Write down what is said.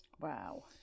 Wow